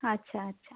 আচ্ছা আচ্ছা